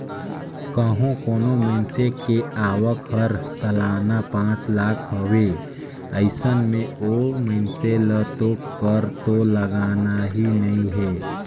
कंहो कोनो मइनसे के आवक हर सलाना पांच लाख हवे अइसन में ओ मइनसे ल तो कर तो लगना ही नइ हे